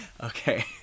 Okay